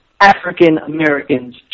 African-Americans